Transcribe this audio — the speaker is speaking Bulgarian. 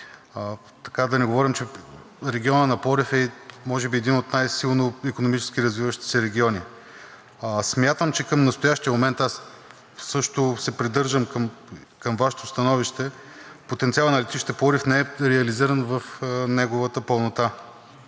да не говорим, че регионът на Пловдив е може би един от най-силно икономически развиващите се региони. Смятам, че към настоящия момент – аз също се придържам към Вашето становище – потенциалът на летище Пловдив не е реализиран в неговата пълнота.